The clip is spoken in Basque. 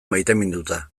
maiteminduta